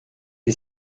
est